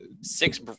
six